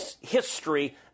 history